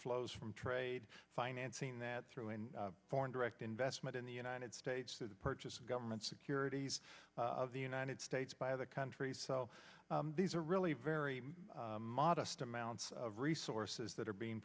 flows from trade financing that through in foreign direct investment in the united states through the purchase of government securities of the united states by other countries so these are really very modest amounts of resources that are being